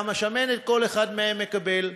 כמה שמנת כל אחד מהם מקבל,